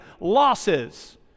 losses